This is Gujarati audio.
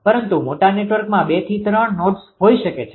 પરંતુ મોટા નેટવર્કમાં 2થી 3 નોડસ હોઈ શકે છે